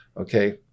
Okay